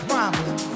problem